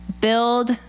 build